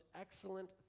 Excellent